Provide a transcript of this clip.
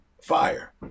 fire